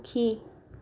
সুখী